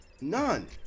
None